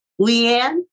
Leanne